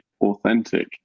authentic